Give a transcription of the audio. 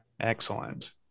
excellent